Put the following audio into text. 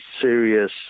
serious